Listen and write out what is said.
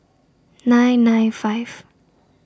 nine nine five